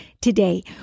today